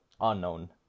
unknown